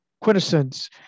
Quintessence